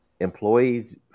employees